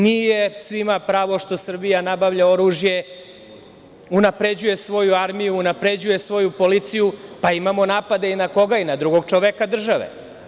Nije svima pravo što Srbija nabavlja oružje, unapređuje svoju armiju, unapređuje svoju policiju, pa imamo napade i na koga, i na drugog čoveka države.